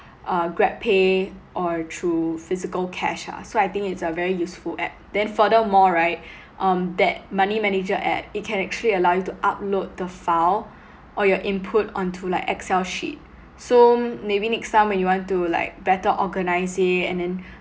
uh grabpay or through physical cash ah so I think it's a very useful app then furthermore right um that money manager app it can actually allow you to upload the file or your input on to like excel sheet so maybe next time when you want to like better organise it and then